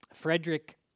Frederick